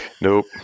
nope